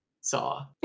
Saw